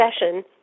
session